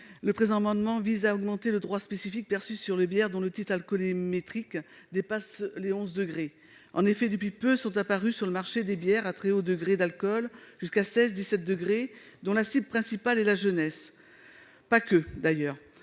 Le présent amendement vise à augmenter le droit spécifique perçu sur les bières dont le titre alcoométrique dépasse les onze degrés. En effet, depuis peu, sont apparues sur le marché des bières à très haut degré d'alcool, jusqu'à seize degrés ou dix-sept degrés, dont la cible principale est la jeunesse, même si celle-ci